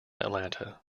atlanta